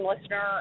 listener